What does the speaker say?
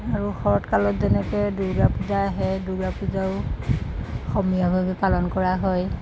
আৰু শৰৎকালত যেনেকৈ দূৰ্গা পূজা আহে দূৰ্গা পূজাও সমূহীয়াভাৱে পালন কৰা হয়